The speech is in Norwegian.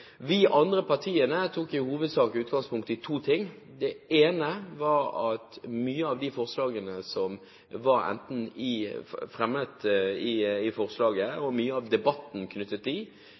de andre partiene tok i hovedsak utgangspunkt i to ting. Det ene var at mye av det som kom fram i forslaget og debatten knyttet til